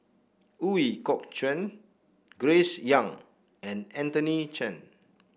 Ooi Kok Chuen Grace Young and Anthony Chen